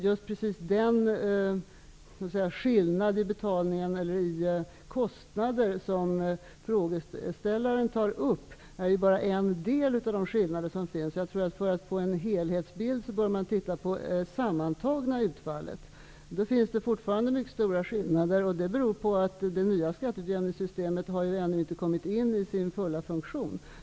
Just precis den skillnad i betalning eller i kostnader som frågeställaren tar upp är bara en del av de skillnader som finns. För att få en helhetsbild bör man titta på det sammantagna utfallet. Då finns det fortfarande mycket stora skillnader. Det beror på att det nya skatteutjämningssystemet ännu inte har nått sin fulla funktion.